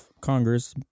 Congress